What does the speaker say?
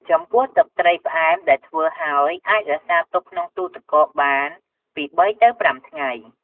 ចំពោះទឹកត្រីផ្អែមដែលធ្វើហើយ អាចរក្សាទុកក្នុងទូទឹកកកបានពី ៣ទៅ៥ ថ្ងៃ។